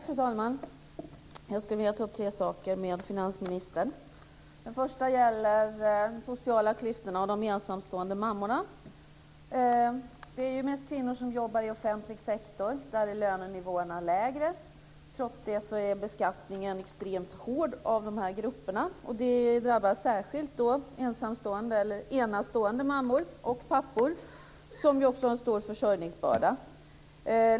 Fru talman! Jag skulle vilja ta upp tre saker med finansministern. Den första gäller de sociala klyftorna och de ensamstående mammorna. Det är ju mest kvinnor som jobbar i offentlig sektor. Där är lönenivåerna lägre. Trots det är beskattningen av de här grupperna extremt hård. Det drabbar särskilt ensamstående, eller enastående, mammor och pappor, som ju också har en stor försörjningsbörda.